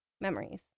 memories